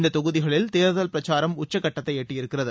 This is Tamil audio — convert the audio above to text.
இந்த தொகுதிகளில் தேர்தல் பிரச்சாரம் உச்சக்கட்டத்தை எட்டியிருக்கிறது